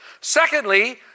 Secondly